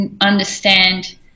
understand